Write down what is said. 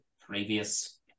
previous